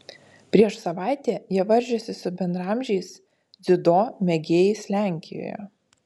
prieš savaitę jie varžėsi su bendraamžiais dziudo mėgėjais lenkijoje